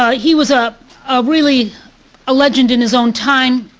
ah he was ah ah really a legend in his own time.